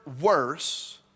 worse